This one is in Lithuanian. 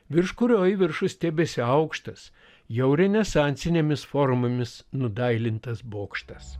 virš kurio į viršų stiebėsi aukštas jau renesansinėmis formomis nudailintas bokštas